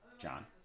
John